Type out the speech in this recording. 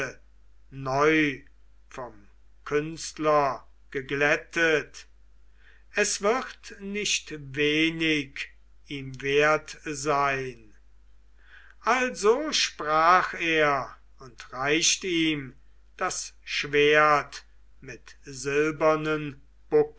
neu vom künstler geglättet es wird nicht wenig ihm wert sein also sprach er und reicht ihm das schwert mit silbernen